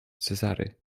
cezary